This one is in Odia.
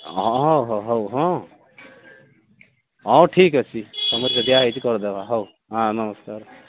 ହଁ ହଁ ହଁ ହଉ ହଁ ହଉ ଠିକ୍ ଅଛି ସମସ୍ୟା ଯାହା ହୋଇଛି କରିଦେବା ହଉ ହଁ ନମସ୍କାର